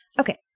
Okay